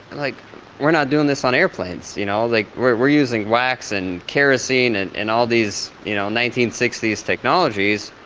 like we're not doing this on airplanes, you know like we're we're using wax and kerosene and and all these you know nineteen sixty s technologies.